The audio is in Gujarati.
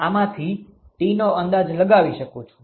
આમાંથી હું Tco નો અંદાજ લગાવી શકું છું